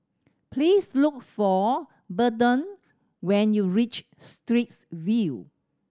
please look for Burton when you reach Straits View